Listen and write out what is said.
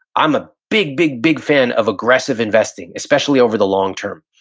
i'm a big, big, big fan of aggressive investing, especially over the long term.